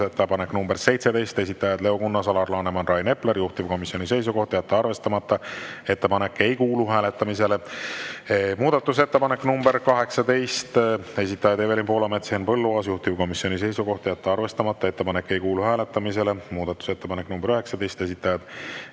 Muudatusettepanek nr 17, esitajad Leo Kunnas, Alar Laneman, Rain Epler. Juhtivkomisjoni seisukoht on jätta arvestamata. Ettepanek ei kuulu hääletamisele. Muudatusettepanek nr 18, esitajad Evelin Poolamets, Henn Põlluaas. Juhtivkomisjoni seisukoht on jätta arvestamata. Ettepanek ei kuulu hääletamisele. Muudatusettepanek nr 19, esitajad